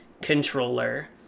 controller